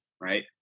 right